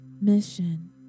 mission